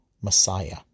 Messiah